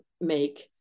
make